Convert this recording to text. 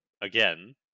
Again